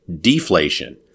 deflation